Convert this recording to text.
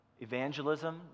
Evangelism